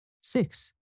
six